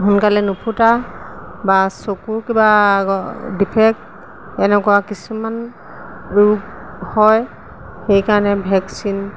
সোনকালে নুফুটা বা চকুৰ কিবা ডিফেক্ট এনেকুৱা কিছুমান ৰোগ হয় সেইকাৰণে ভেকচিন